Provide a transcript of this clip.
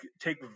take